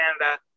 canada